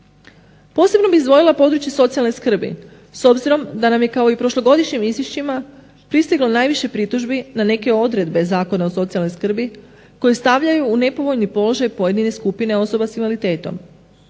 Posebno bi izdvojila područje socijalne skrbi, s obzirom da nam je kao i prošlogodišnjim izvješćima pristiglo najviše pritužbi na neke odredbe Zakona o socijalnoj skrbi koji stavljaju u nepovoljni položaj pojedine skupine osoba s invaliditetom.